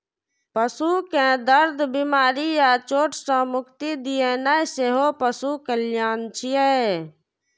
पशु कें दर्द, बीमारी या चोट सं मुक्ति दियेनाइ सेहो पशु कल्याण छियै